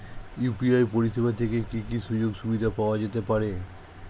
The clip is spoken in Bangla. ইউ.পি.আই পরিষেবা থেকে কি কি সুযোগ সুবিধা পাওয়া যেতে পারে?